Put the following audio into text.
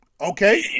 Okay